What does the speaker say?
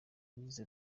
yagize